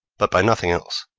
but by nothing else